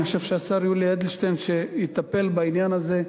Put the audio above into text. אני חושב שהשר יולי אדלשטיין, שיטפל בעניין הזה,